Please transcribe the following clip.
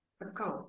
account